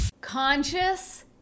Conscious